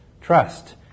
trust